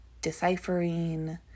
deciphering